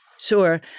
Sure